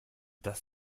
das